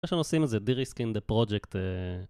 מה שאנחנו עושים זה דיריסקינג דה פרוג'קט